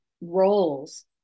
roles